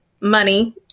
money